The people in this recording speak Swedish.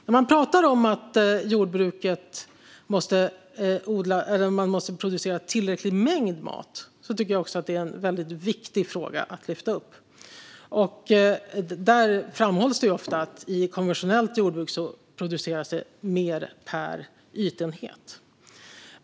När man talar om att jordbruket måste producera en tillräcklig mängd mat tycker jag att det är en väldigt viktig fråga att lyfta upp. Det framhålls ofta att det i konventionellt jordbruk produceras mer per ytenhet.